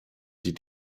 die